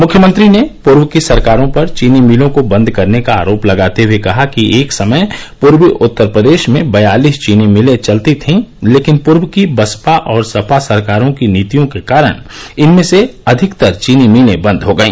मुख्यमंत्री ने पूर्व की सरकारों पर चीनी मिलों को बंद करने का आरोप लगाते हुए कहा कि एक समय पूर्वी उत्तर प्रदेश में बयालीस चीनी मिलें चलती थीं लेकिन पूर्व की बसपा और सपा सरकारों की नीतियों के कारण इनमें से अधिकतर चीनी मिलें बंद हो गई